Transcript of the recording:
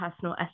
personal